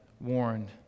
warned